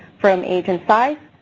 firm agent size,